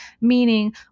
meaning